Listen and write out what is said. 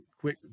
quick